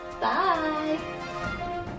Bye